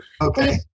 Okay